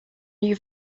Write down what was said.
new